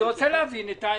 לא מקבל את זה.